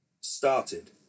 started